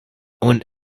und